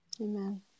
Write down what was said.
Amen